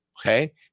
Okay